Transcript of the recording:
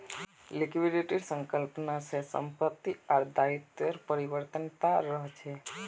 लिक्विडिटीर संकल्पना त संपत्ति आर दायित्वेर परिवर्तनीयता रहछे